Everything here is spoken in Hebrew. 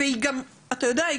אתה יודע,